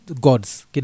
gods